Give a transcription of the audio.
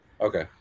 Okay